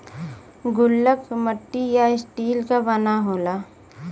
गुल्लक मट्टी या स्टील क बना होला